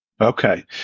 okay